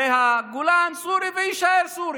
הרי הגולן סורי ויישאר סורי.